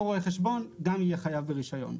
אותו רואה החשבון גם יהיה חייב ברישיון.